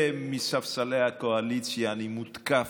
ומספסלי הקואליציה אני מותקף,